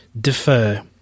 Defer